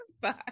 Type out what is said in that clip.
bye